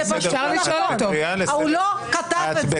הוא לא כתב את זה.